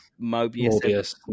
Mobius